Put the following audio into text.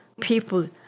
People